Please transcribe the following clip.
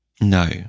No